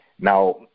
Now